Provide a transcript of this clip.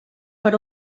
per